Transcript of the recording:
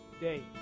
day